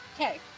Okay